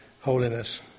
holiness